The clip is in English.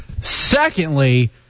Secondly